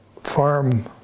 farm